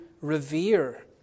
revere